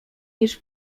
niż